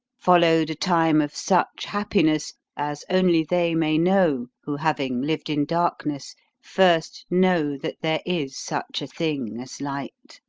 followed a time of such happiness as only they may know who having lived in darkness first know that there is such a thing as light